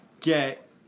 get